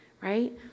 right